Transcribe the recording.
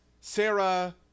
Sarah